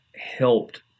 helped